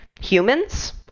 humans